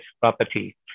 property